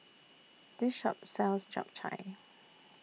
This Shop sells Japchae